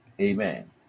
Amen